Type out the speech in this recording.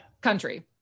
Country